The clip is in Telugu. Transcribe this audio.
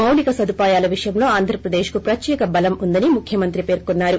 మౌలిక సదుపాయాల విషయంలో ఆంధ్రప్రదేశ్కు ప్రత్యేక బలం ఉందని ముఖ్యమంత్రి పేర్కొన్నారు